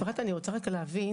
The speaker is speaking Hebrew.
אפרת, אני רוצה רק להבין: